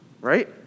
right